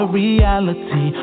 reality